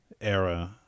era